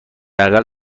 اقل